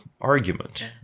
argument